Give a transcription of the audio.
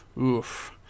oof